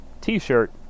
t-shirt